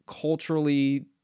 culturally